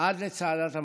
עד לצעדת המוות.